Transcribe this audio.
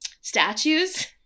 statues